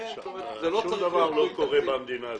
-- שום דבר לא קורה במדינה הזאת?